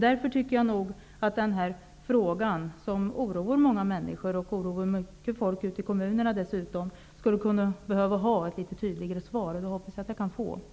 Därför tycker jag att det i den här frågan, som oroar många människor och även många anställda i kommunerna, skulle behövas ett litet tydligare svar. Ett sådant hoppas jag att jag skall få.